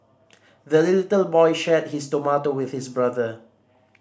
the little boy shared his tomato with his brother